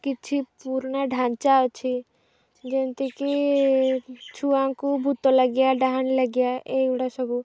କିଛି ପୁରୁଣା ଢାଞ୍ଚା ଅଛି ଯେମିତି କି ଛୁଆଙ୍କୁ ଭୂତ ଲାଗିବା ଡାହାଣୀ ଲାଗିବା ଏଇଗୁଡ଼ା ସବୁ